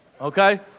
okay